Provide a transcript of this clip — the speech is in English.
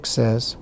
says